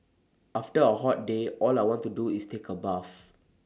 after A hot day all I want to do is take A bath